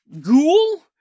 ghoul